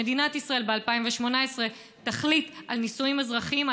שמדינת ישראל תחליט על נישואים אזרחיים,